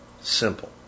simple